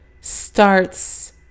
starts